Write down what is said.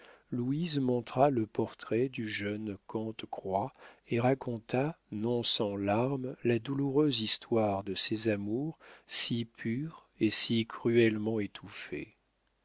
louise montra le portrait du jeune cante croix et raconta non sans larmes la douloureuse histoire de ses amours si purs et si cruellement étouffés